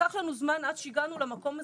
לקח לנו זמן עד שהגענו למקום הזה.